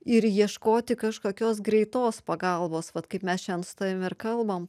ir ieškoti kažkokios greitos pagalbos vat kaip mes šiandien su tavim ir kalbam